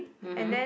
mmhmm